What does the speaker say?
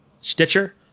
Stitcher